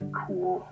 cool